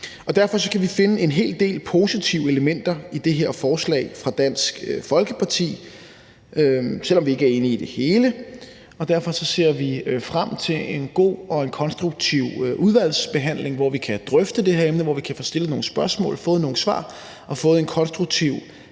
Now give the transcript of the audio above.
Derfor kan vi finde en hel del positive elementer i det her forslag fra Dansk Folkeparti, selv om vi ikke er enige i det hele, og derfor ser vi frem til en god og en konstruktiv udvalgsbehandling, hvor vi kan drøfte det her emne, og hvor vi kan få stillet nogle spørgsmål og få nogle svar og få en konstruktiv